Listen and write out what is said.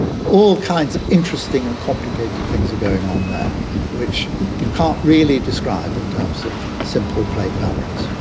and all kinds of interesting and complicated things are going on there which you can't really describe in terms of simple plate boundaries.